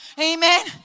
Amen